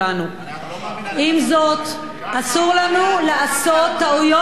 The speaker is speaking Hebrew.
את לא מאמינה במה